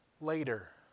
later